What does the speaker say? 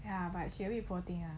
ya but